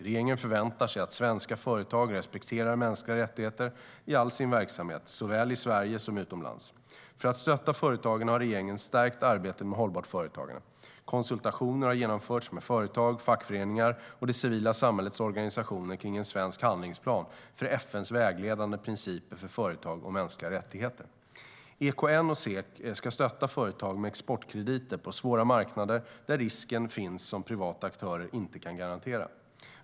Regeringen förväntar sig att svenska företag respekterar mänskliga rättigheter i all sin verksamhet såväl i Sverige som utomlands. För att stötta företagen har regeringen stärkt arbetet med hållbart företagande. Konsultationer har genomförts med företag, fackföreningar och det civila samhällets organisationer kring en svensk handlingsplan för FN:s vägledande principer för företag och mänskliga rättigheter. EKN och SEK ska stötta företag med exportkrediter på svåra marknader där risker finns som privata aktörer inte kan garantera.